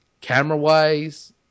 camera-wise